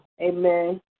Amen